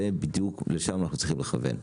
לשם בדיוק אנחנו צריכים לכוון.